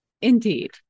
Indeed